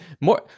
more